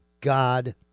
God